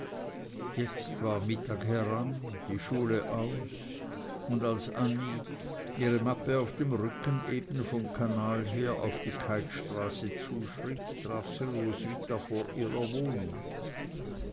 jetzt war mittag heran die schule aus und als annie ihre mappe auf dem rücken eben vom kanal her auf die keithstraße zuschritt traf sie roswitha vor ihrer wohnung